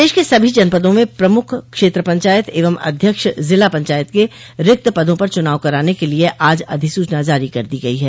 प्रदेश के सभी जनपदों में प्रमुख क्षेत्र पंचायत एवं अध्यक्ष जिला पंचायत के रिक्त पदों पर चुनाव कराने के लिए आज अधिसूचना जारी कर दी गई है